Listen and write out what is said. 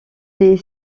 des